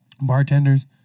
bartenders